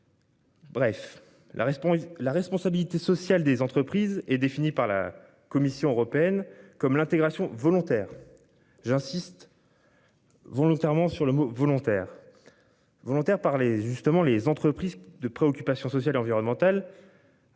respon, la responsabilité sociale des entreprises est défini par la Commission européenne comme l'intégration volontaire j'insiste. Volontairement sur le mot volontaire. Volontaire par les justement les entreprises de préoccupations sociales et environnementales.